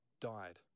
died